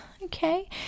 okay